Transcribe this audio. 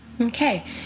Okay